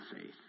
faith